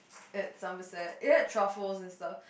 at somerset it had truffles and stuff